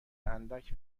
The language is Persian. اندک